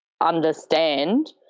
understand